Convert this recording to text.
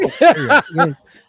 Yes